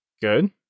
Good